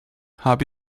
habe